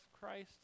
Christ